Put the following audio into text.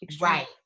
right